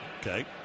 okay